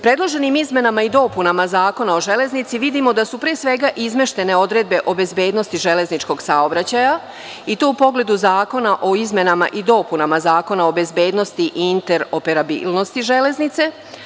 Predloženim izmenama i dopunama Zakona o železnici vidimo da su pre svega izmeštene odredbe o bezbednosti železničkog saobraćaja i to u pogledu Zakona o izmenama i dopunama Zakona o bezbednosti i interoperabilnosti železnice.